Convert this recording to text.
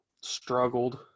struggled